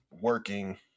working